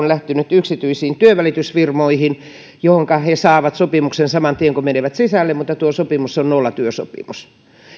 lähtenyt yksityisiin työnvälitysfirmoihin joihin he saavat sopimuksen saman tien kun menevät sisälle mutta tuo sopimus on nollatyösopimus